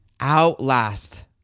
outlast